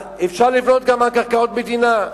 אפשר לבנות גם על קרקעות מדינה.